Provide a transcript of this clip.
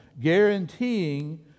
guaranteeing